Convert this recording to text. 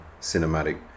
cinematic